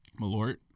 malort